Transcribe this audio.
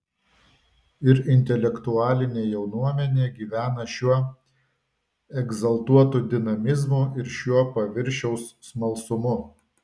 ir intelektualinė jaunuomenė gyvena šiuo egzaltuotu dinamizmu ir šiuo paviršiaus smalsumu